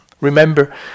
Remember